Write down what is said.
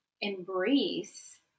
embrace